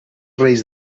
reis